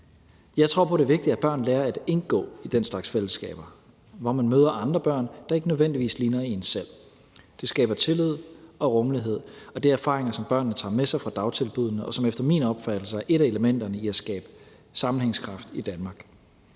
Jeg tror på, at det er vigtigt, at børn lærer at indgå i den slags fællesskaber, hvor man møder andre børn, der ikke nødvendigvis ligner en selv. Det skaber tillid og rummelighed, og det er erfaringer, som børnene tager med sig fra dagtilbuddene, og som efter min opfattelse er et af elementerne i at skabe sammenhængskraft i Danmark